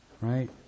Right